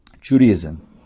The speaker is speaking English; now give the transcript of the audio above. Judaism